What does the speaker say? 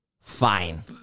Fine